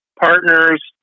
partners